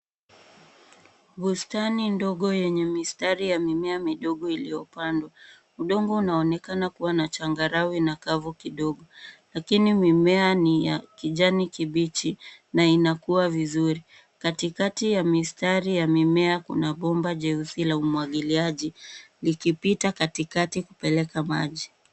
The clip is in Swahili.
Buistani ndogo yenye mistari ya mimea midogo iliyopandwa. Udongo unaonekana kuwa na changarawe na kavu kidogo. Lakini mimea ni ya kijani kibichi na inakuwa vizuri. Katikati ya mistari ya mimea kuna bomba jeusi la umwagiliaji likipita katikati kupeleka maji.